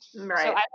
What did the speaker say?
Right